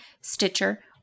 Stitcher